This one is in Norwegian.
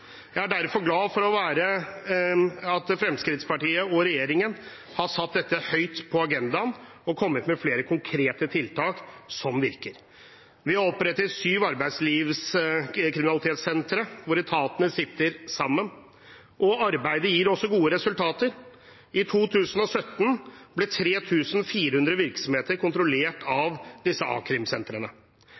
Jeg er derfor glad for at Fremskrittspartiet og regjeringen har satt dette høyt på agendaen og kommet med flere konkrete tiltak som virker. Vi har opprettet syv arbeidslivskriminalitetssentre, hvor etatene sitter sammen. Arbeidet gir også gode resultater. I 2017 ble 3 400 virksomheter kontrollert av disse